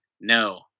no